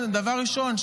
דבר ראשון,